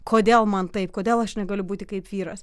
kodėl man taip kodėl aš negaliu būti kaip vyras